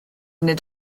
nid